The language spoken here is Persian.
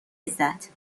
لذت